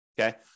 Okay